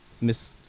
Miss